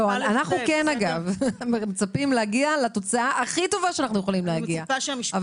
אנחנו מצפים להגיע לתוצאה הכי טובה שאנחנו יכולים להגיע אבל